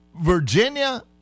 Virginia